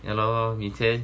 yeah lor 每天